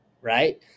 right